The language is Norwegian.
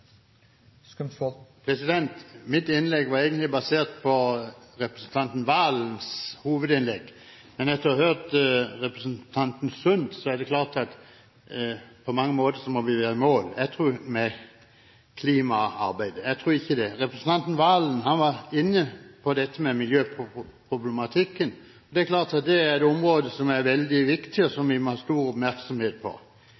det klart at vi på mange måter må være i mål med klimaarbeidet. Jeg tror ikke det. Representanten Serigstad Valen var inne på dette med miljøproblematikken. Det er klart at det er et område som er veldig viktig, og